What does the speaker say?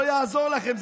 לא יעזור לכם.